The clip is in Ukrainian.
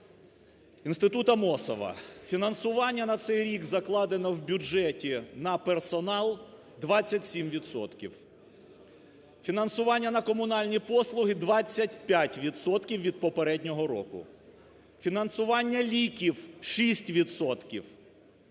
Інститут Амосова фінансування на цей рік закладено в бюджеті на персонал, 27 відсотків. Фінансування на комунальні послуги 25 відсотків від попереднього року. Фінансування ліків –